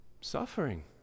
suffering